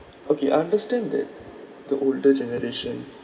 okay understand that the older generation